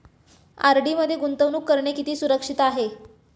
RD मध्ये गुंतवणूक करणे किती सुरक्षित आहे?